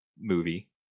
movie